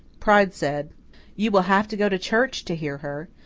pride said you will have to go to church to hear her.